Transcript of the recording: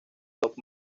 top